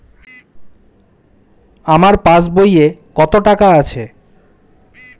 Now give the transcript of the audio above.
আমার পাস বইয়ে কত টাকা আছে?